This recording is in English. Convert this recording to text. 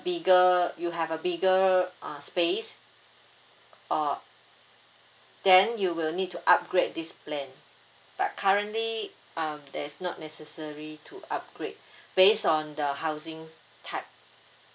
bigger you have a bigger uh space uh then you will need to upgrade this plan but currently um there's not necessary to upgrade based on the housing type